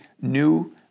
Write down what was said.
new